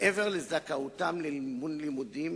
מעבר לזכאותם למימון לימודים,